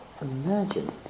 Imagine